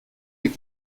les